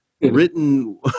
written